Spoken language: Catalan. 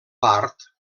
part